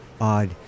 odd